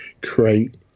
create